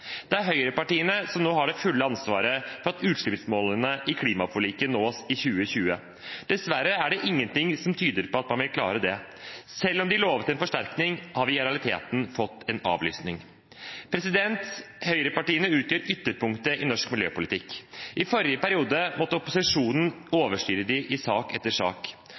Det er høyrepartiene som nå har det fulle ansvaret for at utslippsmålene i klimaforliket nås i 2020. Dessverre er det ingenting som tyder på at man vil klare det. Selv om de lovet en forsterkning, har vi i realiteten fått en avlysning. Høyrepartiene utgjør ytterpunktet i norsk miljøpolitikk. I forrige periode måtte opposisjonen overstyre dem i sak etter sak.